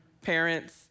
parents